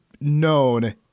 known